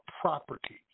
property